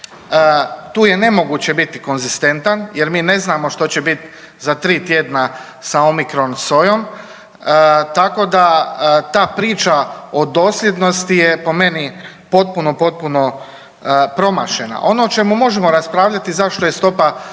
Tu je nemoguće biti konzistentan jer mi ne znamo što će biti za 3 tjedna sa Omikron sojom, tako da ta priča o dosljednosti je po meni potpuno, potpuno promašena. Ono o čemu možemo raspravljati zašto je stopa